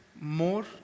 more